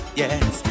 yes